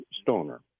Stoner